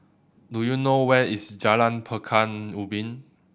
do you know where is Jalan Pekan Ubin